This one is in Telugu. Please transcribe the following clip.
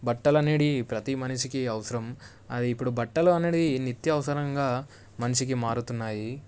బట్టలు అనేవి ప్రతి మనిషికి అవసరం అది ఇప్పుడు బట్టలు అనేవి నిత్యవసరంగా మనిషికి మారుతున్నాయి